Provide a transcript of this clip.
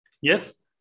Yes